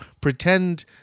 pretend